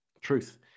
truth